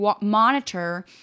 monitor